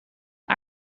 een